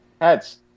Heads